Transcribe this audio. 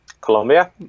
Colombia